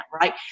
right